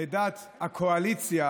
לדעת הקואליציה